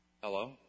hello